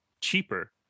Cheaper